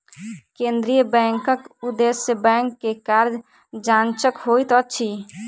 केंद्रीय बैंकक उदेश्य बैंक के कार्य जांचक होइत अछि